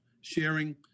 sharing